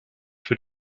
für